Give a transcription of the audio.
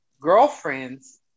girlfriends